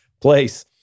place